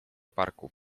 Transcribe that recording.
parku